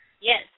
Yes